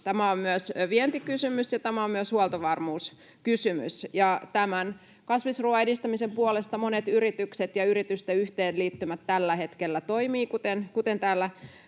Tämä on myös vientikysymys, ja tämä on myös huoltovarmuuskysymys. Kasvisruuan edistämisen puolesta monet yritykset ja yritysten yhteenliittymät tällä hetkellä toimivat, kuten täällä